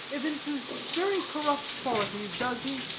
evinces very corrupt qualities, does he?